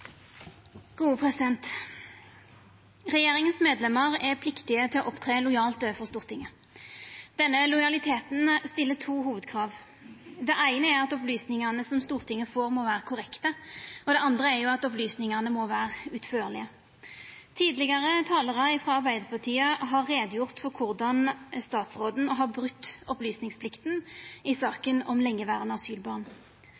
er pliktige til å opptre lojalt overfor Stortinget. Denne lojaliteten stiller to hovudkrav. Det eine er at opplysningane som Stortinget får, må vera korrekte. Det andre er at opplysningane må vera utførlege. Tidlegare talarar frå Arbeidarpartiet har gjort greie for korleis statsråden har brote opplysningsplikta i